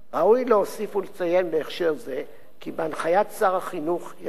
ראוי להוסיף ולציין בהקשר זה כי בהנחיית שר החינוך יצא